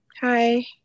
Hi